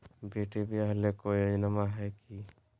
बेटी ब्याह ले कोई योजनमा हय की?